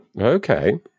Okay